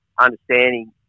understanding